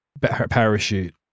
parachute